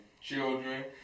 children